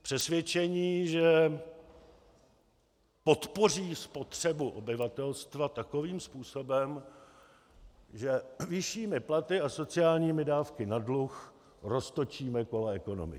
Přesvědčení, že podpoří spotřebu obyvatelstva takovým způsobem, že vyššími platy a sociálními dávkami na dluh roztočíme kola ekonomiky.